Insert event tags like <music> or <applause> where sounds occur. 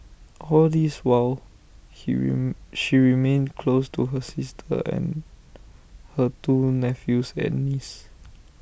all this while he re <hesitation> she remained close to her sister and her two nephews and niece